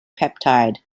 peptide